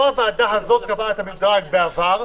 לא הוועדה הזאת קבעה את המדרג בעבר,